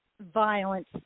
violence